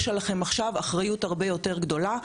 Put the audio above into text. יש עליכם עכשיו אחריות הרבה יותר גדולה.